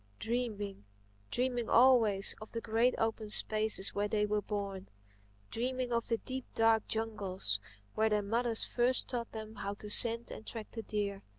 dreaming dreaming always of the great open spaces where they were born dreaming of the deep, dark jungles where their mothers first taught them how to scent and track the deer.